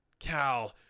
Cal